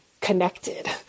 connected